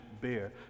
bear